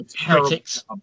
critics